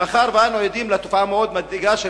מאחר שאנו עדים לתופעה מאוד מדהימה של